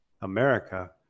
America